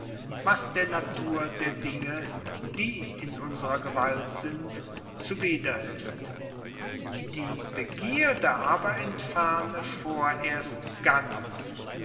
was der natur der dinge die in unsrer gewalt sind zuwider ist die begierde aber entferne vorerst ganz